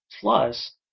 Plus